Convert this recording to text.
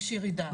יש ירידה,